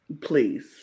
Please